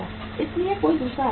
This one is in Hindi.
इसलिए कोई दूसरा रास्ता नहीं है